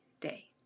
day